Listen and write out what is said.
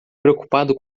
preocupado